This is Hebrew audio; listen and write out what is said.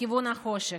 לכיוון החושך.